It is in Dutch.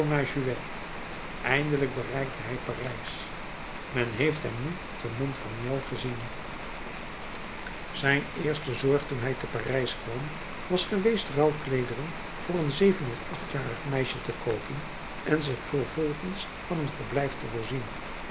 eindelijk bereikte hij parijs men heeft hem nu te montfermeil gezien zijn eerste zorg toen hij te parijs kwam was geweest rouwkleederen voor een zeven of achtjarig meisje te koopen en zich vervolgens van een verblijf te voorzien